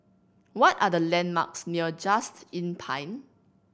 what are the landmarks near Just Inn Pine